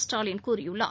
ஸ்டாலின் கூறியுள்ளார்